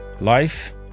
Life